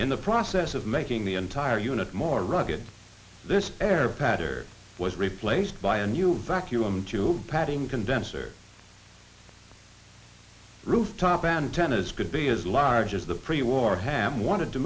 in the process of making the entire unit more rugged this air patter was replaced by a new vacuum tube padding condenser rooftop antennas could be as large as the pre war ham wanted to